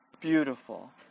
beautiful